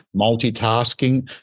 multitasking